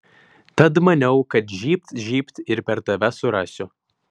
tad maniau kad žybt žybt ir per tave surasiu